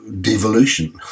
devolution